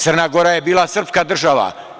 Crna Gora je bila srpska država.